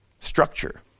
structure